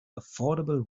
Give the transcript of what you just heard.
affordable